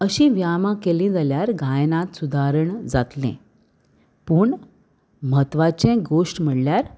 अशी व्यायामां केली जाल्यार गायनांत सुदारण जातलें पूण म्हत्वाचें गोश्ट म्हणल्यार